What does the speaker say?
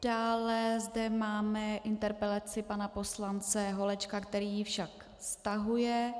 Dále zde máme interpelaci pana poslance Holečka, který ji však stahuje.